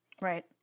right